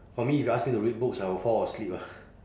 for me if you ask me to read books I will fall asleep ah